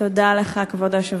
תודה לך, כבוד היושב-ראש.